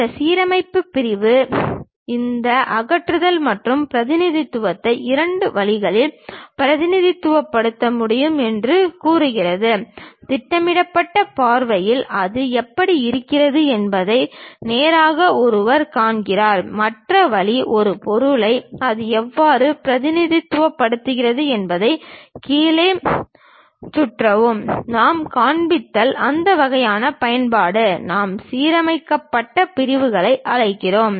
இந்த சீரமைப்பு பிரிவு இந்த அகற்றுதல் மற்றும் பிரதிநிதித்துவத்தை இரண்டு வழிகளில் பிரதிநிதித்துவப்படுத்த முடியும் என்று கூறுகிறது திட்டமிடப்பட்ட பார்வையில் அது எப்படி இருக்கிறது என்பதை நேராக ஒருவர் காண்கிறார் மற்ற வழி இந்த பொருளை அது எவ்வாறு பிரதிபலிக்கிறது என்பதைக் கீழே சுழற்றுவது நாம் காண்பித்தால் அந்த வகையான பயன்பாடு நாம் சீரமைக்கப்பட்ட பிரிவுகளை அழைக்கிறோம்